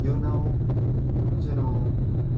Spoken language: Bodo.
इयुनाव जेन'